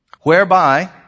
Whereby